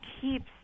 keeps